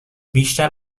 بیشتر